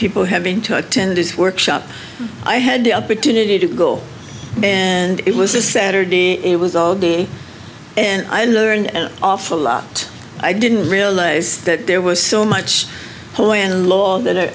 people having to attend his workshop i had the opportunity to go and it was a saturday it was all day and i learned an awful lot i didn't realize that there was so much hole in law that